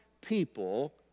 people